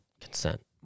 consent